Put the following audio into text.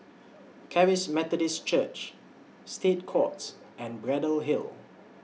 Charis Methodist Church State Courts and Braddell Hill